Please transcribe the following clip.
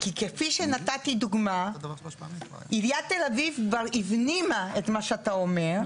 כי כפי שנתתי דוגמה עיריית תל אביב כבר הפנימה את מה שאתה אומר,